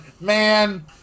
man